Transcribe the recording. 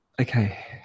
okay